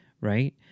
right